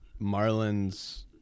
Marlins